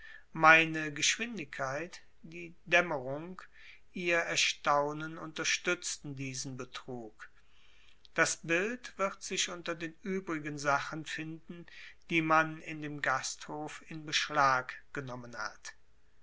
meine geschwindigkeit die dämmerung ihr erstaunen unterstützten diesen betrug das bild wird sich unter den übrigen sachen finden die man in dem gasthof in beschlag genommen hat